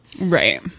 right